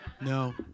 No